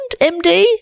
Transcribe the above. MD